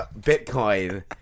Bitcoin